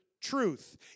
truth